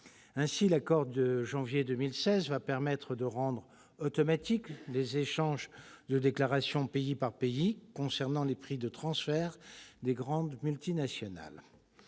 Ainsi, l'accord de janvier 2016 va permettre de rendre automatiques les échanges de déclarations, pays par pays, concernant les prix de transfert des grandes multinationales.